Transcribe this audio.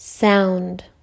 sound